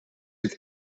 het